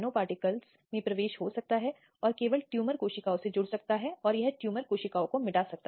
2013 के संशोधन के साथ हाल के दिनों में पांच साल तक की सजा में वृद्धि हुई है